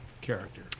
character